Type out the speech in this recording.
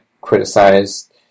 criticized